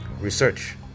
research